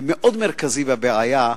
מאוד מרכזי בבעיה,